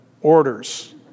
orders